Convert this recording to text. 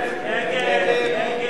נגד?